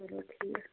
چَلو ٹھیٖک